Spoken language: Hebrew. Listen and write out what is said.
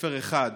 ספר אחד.